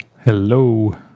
hello